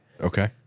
Okay